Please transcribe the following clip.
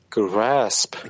grasp